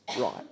right